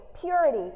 purity